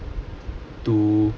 to